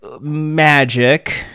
magic